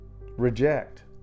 reject